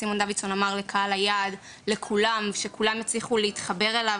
לקהל היעד, לכולם, שכולם יצליחו להתחבר אליו.